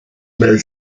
mais